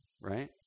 right